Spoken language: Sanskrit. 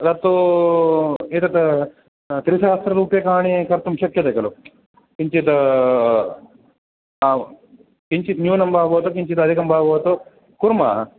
तत्तु एतत् त्रिसहस्ररूप्यकाणि कर्तुं शक्यते खलु किञ्चित् आम् किञ्चित् न्यूनं वा भवतु किञ्चित् अधिकं वा भवतु कुर्मः